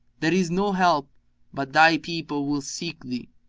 there is no help but thy people will seek thee